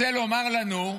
זה רוצה ללומר לנו,